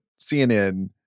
CNN